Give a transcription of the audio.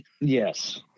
yes